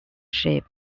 ship